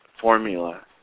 formula